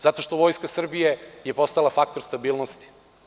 Zato što je Vojska Srbije postala faktor stabilnosti.